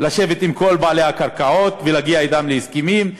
לשבת עם כל בעלי הקרקעות ולהגיע אתם להסכמים,